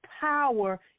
power